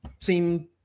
seem